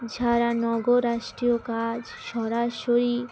ছাড়া নগর রাষ্ট্রীয় কাজ সরাসরি